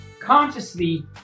consciously